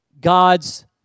God's